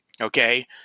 okay